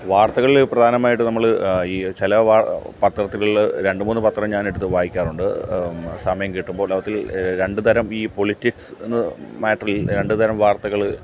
വാർത്തകളിൽ പ്രധാനമായിട്ട് നമ്മൾ ഈ ചില വാ പത്രത്തിലുള്ള രണ്ട് മൂന്ന് പത്രം ഞാനെടുത്ത് വായിക്കാറുണ്ട് സമയം കിട്ടുമ്പോൾ അതിൽ രണ്ട് തരം ഈ പൊളിടിക്സ് എന്ന് മാറ്ററിൽ രണ്ട് തരം വാർത്തകൾ